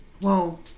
Whoa